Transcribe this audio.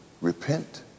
repent